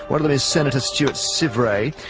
one of them is senator stuart sivray.